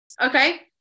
Okay